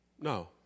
No